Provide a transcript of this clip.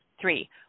Three